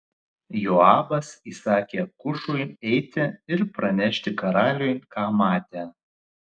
joabas įsakė kušui eiti ir pranešti karaliui ką matė